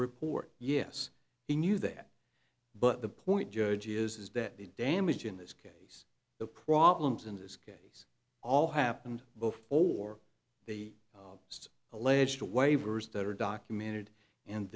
report yes he knew that but the point judge is that the damage in this case the problems in this case all happened before the alleged waivers that are documented and